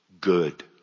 Good